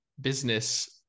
business